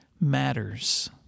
Matters